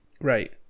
right